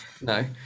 No